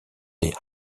des